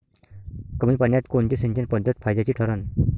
कमी पान्यात कोनची सिंचन पद्धत फायद्याची ठरन?